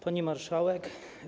Pani Marszałek!